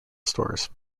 stores